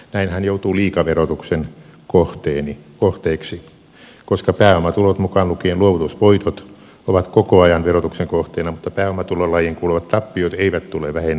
näin hän joutuu liikaverotuksen kohteeksi koska pääomatulot mukaan lukien luovutusvoitot ovat koko ajan verotuksen kohteena mutta pääomatulolajiin kuuluvat tappiot eivät tule vähennetyiksi